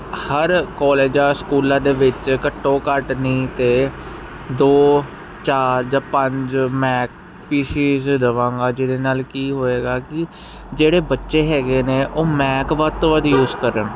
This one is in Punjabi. ਹਰ ਕੋਲਜ ਜਾਂ ਸਕੂਲਾਂ ਦੇ ਵਿੱਚ ਘੱਟੋ ਘੱਟ ਨੀ ਤੇ ਦੋ ਚਾਰ ਜਾਂ ਪੰਜ ਮੈਕ ਪੀਸਿਸ ਦਵਾਂਗਾ ਜਿਹਦੇ ਨਾਲ ਕੀ ਹੋਏਗਾ ਕਿ ਜਿਹੜੇ ਬੱਚੇ ਹੈਗੇ ਨੇ ਉਹ ਮੈਕ ਵੱਧ ਤੋਂ ਵੱਧ ਯੂਜ ਕਰਨ